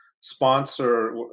sponsor